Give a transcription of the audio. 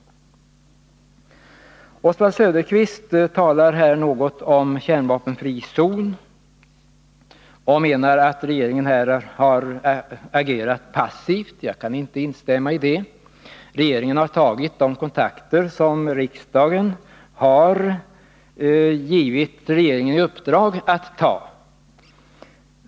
13 november 1981 Oswald Söderqvist talar något om en kärnvapenfri zon och menar att regeringen i den frågan har agerat passivt. Jag kan inte instämma i det. Regeringen har tagit de kontakter som riksdagen har givit regeringen i uppdrag att ta.